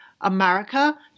America